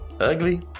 ugly